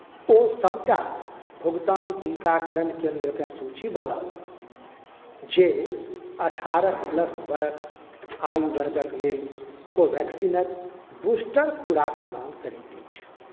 ओ सबटा भुगतान टीकाकरण केन्द्रके सूची बनाउ जे अठारह प्लस बरख आयु वर्गके लेल कोवैक्सीनके बूस्टर खुराक प्रदान करैत अछि